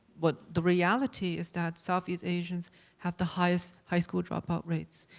but the reality is that southeast asians have the highest high school dropout rates.